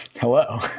hello